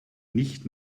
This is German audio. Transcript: nicht